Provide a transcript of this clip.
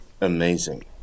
amazing